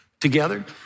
together